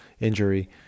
injury